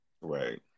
right